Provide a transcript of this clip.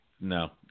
no